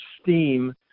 steam